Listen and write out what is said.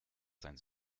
sein